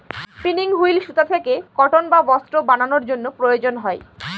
spinning wheel সুতা থেকে cotton বা বস্ত্র বানানোর জন্য প্রয়োজন হয়